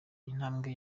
intambwe